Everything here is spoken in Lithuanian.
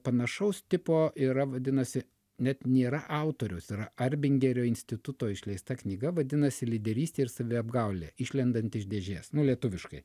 panašaus tipo yra vadinasi net nėra autoriaus yar arbingerio instituto išleista knyga vadinasi lyderystė ir saviapgaulė išlendant iš dėžės nu lietuviškai